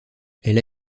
elle